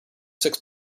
six